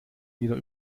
wieder